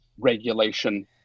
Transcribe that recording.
regulation